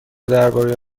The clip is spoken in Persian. درباره